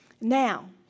Now